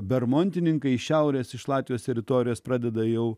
bermontininkai šiaurės iš latvijos teritorijos pradeda jau